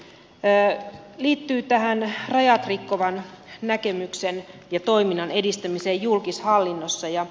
se liittyy tähän rajat rikkovan näkemyksen ja toiminnan edistämiseen julkishallinnossa